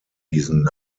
diesen